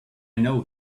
know